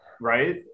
right